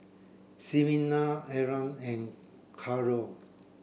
Ximena Erland and Carrol